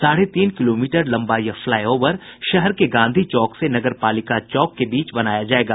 साढ़े तीन किलोमीटर लंबा यह फ्लाईओवर शहर के गांधी चौक से नगर पालिका चौक के बीच बनाया जायेगा